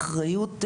לא נאכפות,